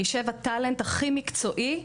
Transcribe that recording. יישב הטאלנט הכי מקצועי.